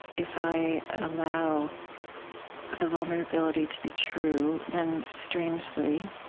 if i allow the vulnerability to be true, then, strangely,